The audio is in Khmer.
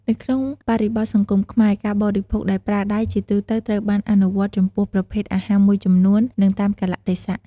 នៅក្នុងបរិបទសង្គមខ្មែរ ការបរិភោគដោយប្រើដៃជាទូទៅត្រូវបានអនុវត្តចំពោះប្រភេទអាហារមួយចំនួន និងតាមកាលៈទេសៈ។